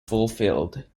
fulfilled